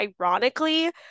ironically